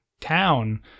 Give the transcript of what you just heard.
town